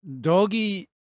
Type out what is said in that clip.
Doggy